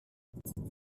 die